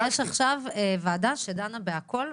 ויש עכשיו ועדה שדנה בהכל.